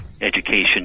education